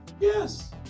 Yes